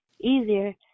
easier